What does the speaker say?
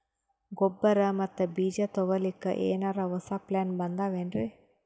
ಗೊಬ್ಬರ ಮತ್ತ ಬೀಜ ತೊಗೊಲಿಕ್ಕ ಎನರೆ ಹೊಸಾ ಪ್ಲಾನ ಬಂದಾವೆನ್ರಿ?